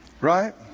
Right